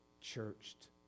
churched